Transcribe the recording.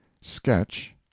sketch